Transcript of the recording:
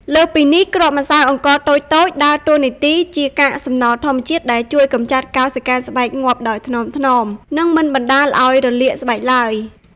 លើសពីនេះ គ្រាប់ម្សៅអង្ករតូចៗដើរតួជាកាកសំណល់ធម្មជាតិដែលជួយកម្ចាត់កោសិកាស្បែកងាប់ដោយថ្នមៗ និងមិនបណ្ដាលឱ្យរលាកស្បែកឡើយ។